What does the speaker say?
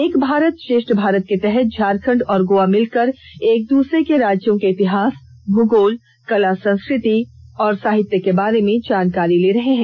एक भारत श्रेष्ठ भारत के तहत झारखंड और गोवा मिलकर एक दूसरे के राज्यों के इतिहास भूगोल कला संस्कृति और साहित्य के बारे में जानकारी ले रहे हैं